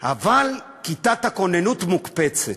אבל כיתת הכוננות מוקפצת,